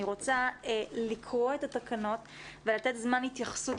אני רוצה לקרוא את התקנות ולתת זמן התייחסות,